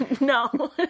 no